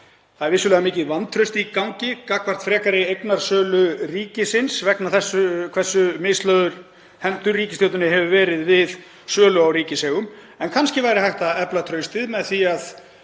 Það er vissulega mikið vantraust í gangi gagnvart frekari eignasölu ríkisins vegna þess hversu mislagðar hendur ríkisstjórninni hafa verið við sölu á ríkiseigum en kannski væri hægt að efla traustið með því að